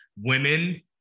women